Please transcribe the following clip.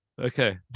Okay